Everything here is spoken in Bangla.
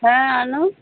হ্যাঁ আনো